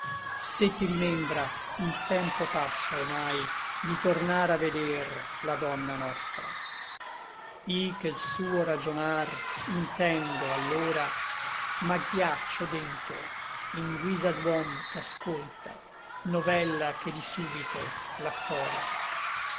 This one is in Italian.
se ti rimembra il tempo passa omai di tornar a veder la donna nostra i che l suo ragionar intendo allora m'agghiaccio dentro in guisa d'uom ch'ascolta novella che di súbito l'accora